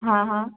हा हा